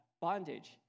Bondage